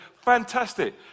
Fantastic